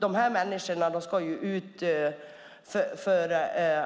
De här människorna ska ju ut för